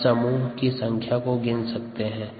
हम समूह की संख्या को गिन सकते हैं